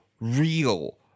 real